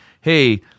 Hey